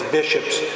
bishops